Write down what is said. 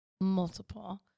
multiple